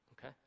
okay